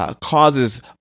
causes